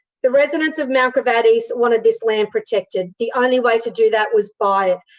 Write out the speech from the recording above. the residents of mount gravatt east wanted this land protected. the only way to do that was buy it.